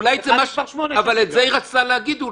--- אבל אולי את זה היא רצתה להגיד.